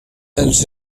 els